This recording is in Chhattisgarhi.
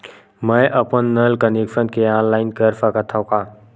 मैं अपन नल कनेक्शन के ऑनलाइन कर सकथव का?